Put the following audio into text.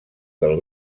del